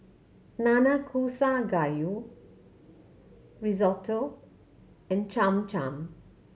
Nanakusa Gayu Risotto and Cham Cham